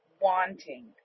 wanting